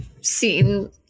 seen